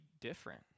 different